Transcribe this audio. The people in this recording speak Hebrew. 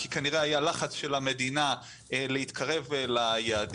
כי כנראה היה לחץ של המדינה להתקרב ליעדים,